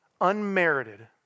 unmerited